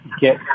get